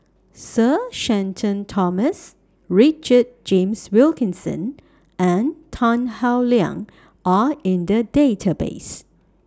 Sir Shenton Thomas Richard James Wilkinson and Tan Howe Liang Are in The Database